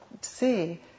see